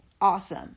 awesome